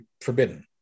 forbidden